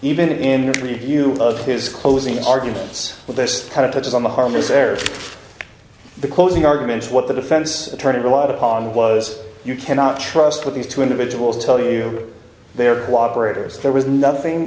even in review of his closing arguments but this kind of touches on the harmless error of the closing arguments what the defense attorney relied upon was you cannot trust what these two individuals tell you they are cooperators there was nothing